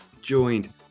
joined